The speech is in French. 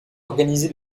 organisé